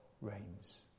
reigns